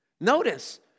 Notice